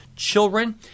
children